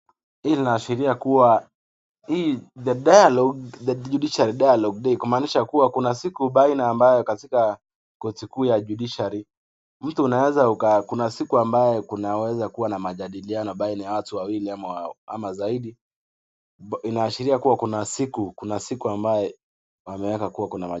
Hii inaashiria kuwa hii cs[the judiciary dialogue day]cs kumaanisha kuwa kuna siku ambayo katika korti kuu ya cs[judiciary]cs,mtu unaweza uka, kuna siku ambayo kunaweza kuwa na majadiliano baina ya watu wawili ama zaidi .Inaashiria kuwa kuna siku ambayo wameweka kuwe na majadiliano.